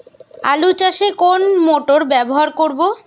আলু চাষে কোন মোটর ব্যবহার করব?